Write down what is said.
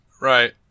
right